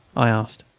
i asked.